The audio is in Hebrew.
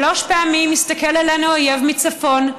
שלוש פעמים הסתכל עלינו האויב מצפון,